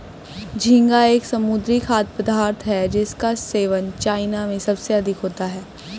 झींगा एक समुद्री खाद्य पदार्थ है जिसका सेवन चाइना में सबसे अधिक होता है